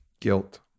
Guilt